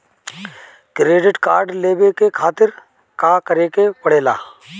Credit card लेवे के खातिर का करेके पड़ेला?